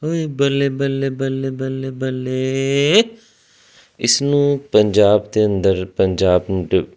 ਇਸਨੂੰ ਪੰਜਾਬ ਦੇ ਅੰਦਰ ਪੰਜਾਬ ਨੂੰ